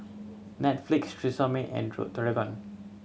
Netflix Tresemme and